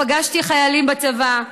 פגשתי חיילים בצבא,